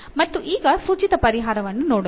ಮತ್ತು ಈಗ ಸೂಚಿತ ಪರಿಹಾರವನ್ನು ನೋಡೋಣ